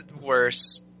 worse